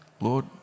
Lord